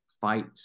fight